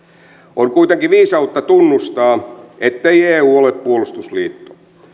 on kuitenkin viisautta tunnustaa ettei eu ole puolustusliitto